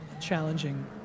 challenging